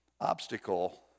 obstacle